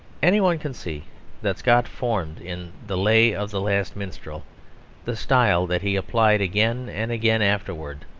any one can see that scott formed in the lay of the last minstrel the style that he applied again and again afterwards,